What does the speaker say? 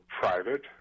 private